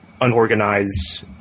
unorganized